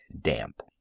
damp